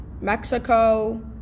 Mexico